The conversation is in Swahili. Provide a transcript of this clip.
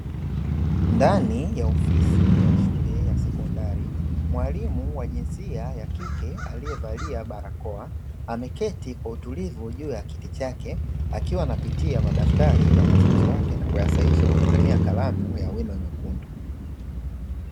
Ndani ya ofisi ya shule ya sekondari, mwalimu wa jinsia ya kike, aliyevalia barakoa, ameketi kwa utulivu juu ya kiti chake, akiwa anapitia madaftari ya wanafunzi wake na kuyasahihisha kwa kutumia kalamu ya wino mwekundu.